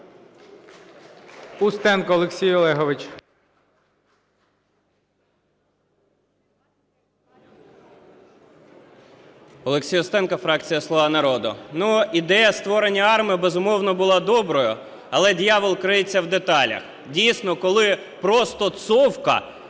Олексій Устенко, фракція "Слуга народу". Ну, ідея створення АРМА, безумовно, була доброю, але "диявол криється в деталях". Дійсно, коли просто "цовка",